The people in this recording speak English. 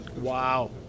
Wow